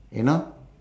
you know